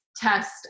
test